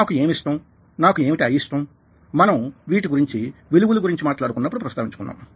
నాకు ఏమి ఇష్టం నాకు ఏమిటి అయిష్టం మనం వీటి గురించి విలువల గురించి మాట్లాడుకున్నప్పుడు ప్రస్తావించుకున్నాం